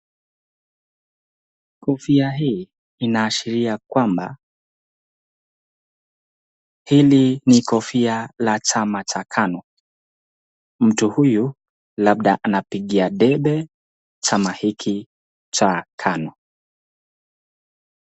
Kofia hii inaashiria kwamba, hili ni kofia la chama cha KANU, mtu huyu labda anapigia debe chama hiki cha KANU.